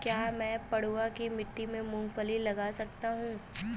क्या मैं पडुआ की मिट्टी में मूँगफली लगा सकता हूँ?